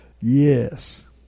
Yes